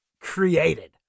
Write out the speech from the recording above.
created